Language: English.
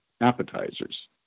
appetizers